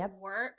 work